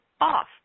off